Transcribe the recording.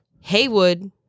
Haywood